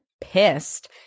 pissed